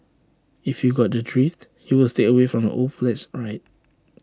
if you got the drift you will stay away from old flats right